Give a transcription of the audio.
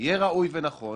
יהיה ראוי ונכון